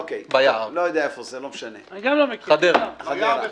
לא בשביל דבר כזה או דבר אחר.